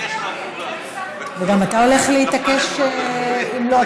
גם אתה הולך להתעקש שאם לא,